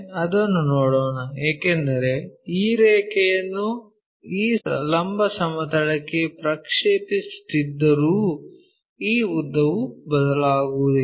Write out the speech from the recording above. ಅದನ್ನು ನೋಡೋಣ ಏಕೆಂದರೆ ಈ ರೇಖೆಯನ್ನು ಈ ಲಂಬ ಸಮತಲಕ್ಕೆ ಪ್ರಕ್ಷೇಪಿಸುತ್ತಿದ್ದರೂ ಈ ಉದ್ದವು ಬದಲಾಗುವುದಿಲ್ಲ